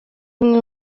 bimwe